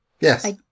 Yes